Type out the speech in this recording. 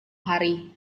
hari